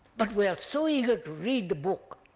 but we are so eager to read the book,